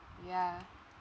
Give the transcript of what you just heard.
yeah